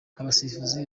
abasifuzi